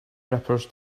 rippers